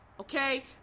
okay